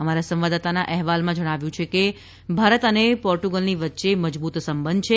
અમારા સંવાદદાતા અહેવાલમાં જણાવ્યું છે કે ભારત અને પોર્ટંગલની વચ્ચે મજબૂત સંબંધ છે